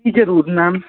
ਜ਼ਰੂਰ ਮੈਮ